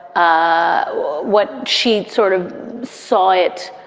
ah what she sort of saw it